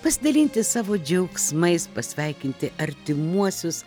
pasidalinti savo džiaugsmais pasveikinti artimuosius